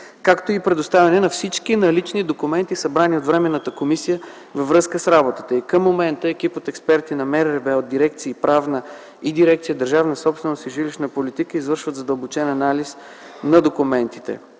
както и предоставяне на всички налични документи, събрани от Временната комисия във връзка с работата й. Към момента екип от експерти на МРРБ - от дирекция „Правна” и дирекция „Държавна собственост и жилищна политика”, извършва задълбочен анализ на документите.